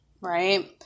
right